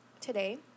today